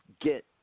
get